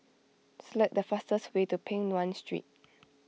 select the fastest way to Peng Nguan Street